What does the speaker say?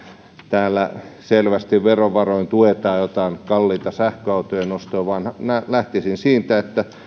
täällä selvästi verovaroin tuetaan kalliiden sähköautojen ostoa vaan lähtisin siitä että